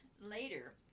later